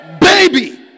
baby